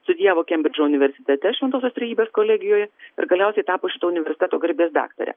studijavo kembridžo universitete šventosios trejybės kolegijoje ir galiausiai tapo šito universiteto garbės daktare